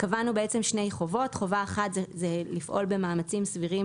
קבענו שני חובות כאשר חובה אחת היא לפעול במאמצים סבירים